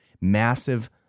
massive